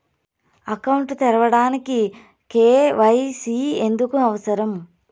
Account తెరవడానికి, KYC ఎందుకు అవసరం?